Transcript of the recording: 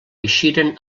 eixiren